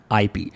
IP